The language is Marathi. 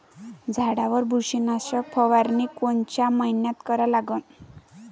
झाडावर बुरशीनाशक फवारनी कोनच्या मइन्यात करा लागते?